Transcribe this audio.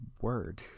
word